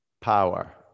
power